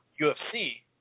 UFC